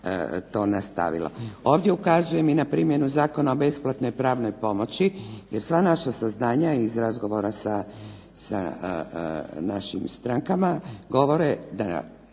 to nastavilo. Ovdje ukazujem i na primjenu Zakona o besplatnoj pravnoj pomoći jer sva naša saznanja i razgovora sa našim strankama, govore da